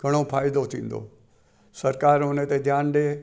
घणो फ़ाइदो थींदो सरकारि हुन ते ध्यानु ॾे